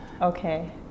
Okay